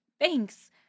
Thanks